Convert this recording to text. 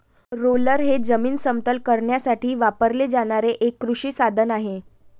roller हे जमीन समतल करण्यासाठी वापरले जाणारे एक कृषी साधन आहे